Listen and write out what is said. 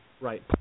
Right